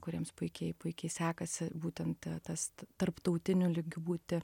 kuriems puikiai puikiai sekasi būtent tas tarptautiniu lygiu būti